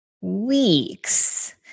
weeks